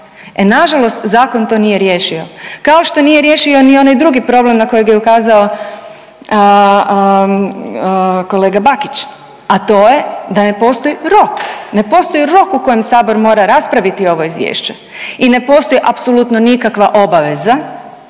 E nažalost zakon to nije riješio. Kao što nije riješio ni onaj drugi problem na kojeg je ukazao kolega Bakić, a to je da ne postoji rok, ne postoji rok u kojem Sabor mora raspraviti ovo Izvješće i ne postoji apsolutno nikakva obaveza